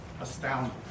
astounding